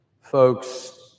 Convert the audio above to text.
folks